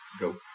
go